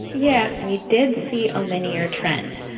yeah we did see a linear trend.